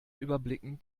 überblicken